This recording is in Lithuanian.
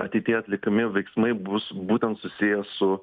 ateityje atliekami veiksmai bus būtent susiję su